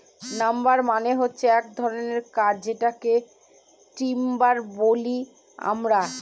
number মানে হচ্ছে এক ধরনের কাঠ যেটাকে টিম্বার বলি আমরা